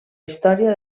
història